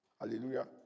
Hallelujah